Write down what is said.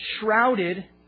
shrouded